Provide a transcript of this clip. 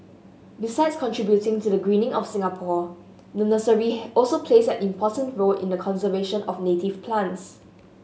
besides contributing to the greening of Singapore the nursery also plays an important role in the conservation of native plants